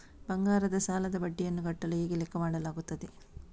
ಬಂಗಾರದ ಸಾಲದ ಬಡ್ಡಿಯನ್ನು ಕಟ್ಟಲು ಹೇಗೆ ಲೆಕ್ಕ ಮಾಡಲಾಗುತ್ತದೆ?